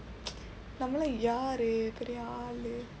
நம்ம எல்லாம் யாரு பெரிய ஆளு:namma ellaam yaaru periya aalu